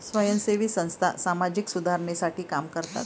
स्वयंसेवी संस्था सामाजिक सुधारणेसाठी काम करतात